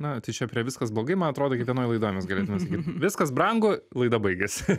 na tai čia prie viskas blogai man atrodo kiekvienoje laidoje mes galėtume sakyt viskas brango laida baigiasi